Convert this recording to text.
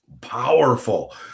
Powerful